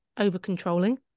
over-controlling